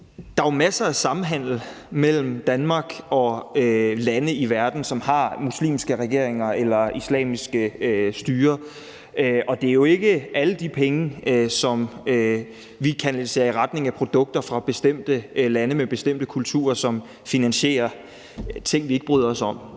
Der er jo masser af samhandel mellem Danmark og lande i verden, som har muslimske regeringer eller islamisk styre, og det er jo ikke alle de penge, som vi kanaliserer i retning af produkter fra bestemte lande med bestemte kulturer, som finansierer ting, vi ikke bryder os om.